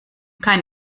kein